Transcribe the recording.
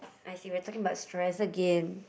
I see we're talking about stress again